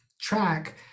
track